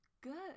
good